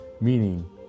meaning